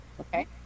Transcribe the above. Okay